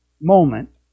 moment